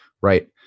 right